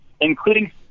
including